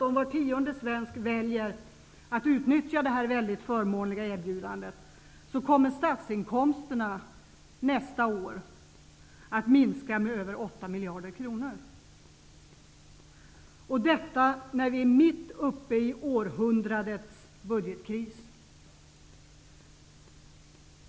Om var tionde svensk väljer att utnyttja detta väldigt förmånliga erbjudande, blir de omedelbara effekterna att statsinkomsterna nästa år kommer att minska med över 8 miljarder kronor. Och detta när vi är mitt uppe i århundradets budgetkris!